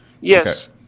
Yes